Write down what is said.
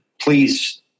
please